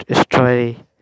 story